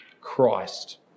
Christ